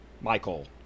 Michael